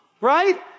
right